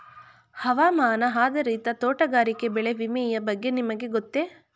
ಹವಾಮಾನ ಆಧಾರಿತ ತೋಟಗಾರಿಕೆ ಬೆಳೆ ವಿಮೆಯ ಬಗ್ಗೆ ನಿಮಗೆ ಗೊತ್ತೇ?